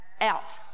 out